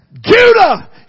Judah